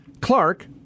Clark